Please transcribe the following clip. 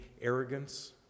arrogance